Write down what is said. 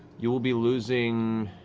you will be losing